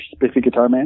SpiffyGuitarMan